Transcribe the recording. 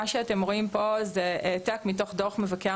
מה שאתם רואים פה זה העתק מתוך דוח מבקר